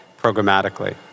programmatically